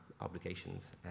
obligations